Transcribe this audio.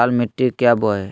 लाल मिट्टी क्या बोए?